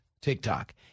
TikTok